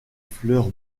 fleurs